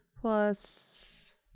plus